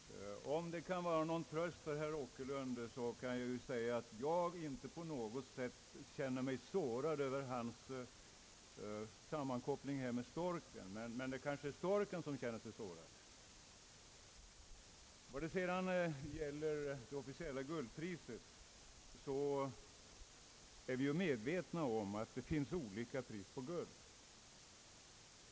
Herr talman! Om det kan vara till någon tröst för herr Åkerlund kan jag ju säga att jag inte på något sätt känner mig sårad över hans sammankoppling med storken. Men storken kanske känner sig sårad! Vad beträffar det officiella guldpriset är vi medvetna om att det finns olika priser på guld.